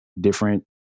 different